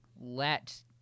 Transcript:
let